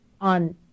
on